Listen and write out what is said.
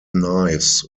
knives